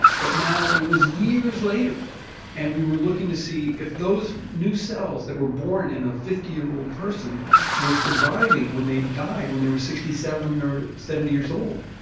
but now it was years later and we were looking to see if those new cells that were born in a fifty year old person were surviving when they died, when they were sixty seven or seventy years old.